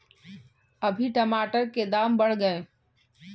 अभी टमाटर के दाम बढ़ गए